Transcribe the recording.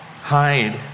hide